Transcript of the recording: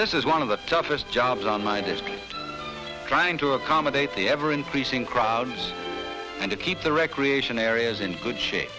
this is one of the toughest jobs on my desk trying to accommodate the ever increasing crowd and to keep the recreation areas in good shape